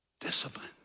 discipline